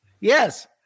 Yes